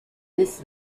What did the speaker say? this